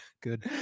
good